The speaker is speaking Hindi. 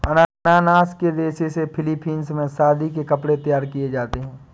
अनानास के रेशे से फिलीपींस में शादी के कपड़े तैयार किए जाते हैं